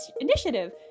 initiative